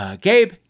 Gabe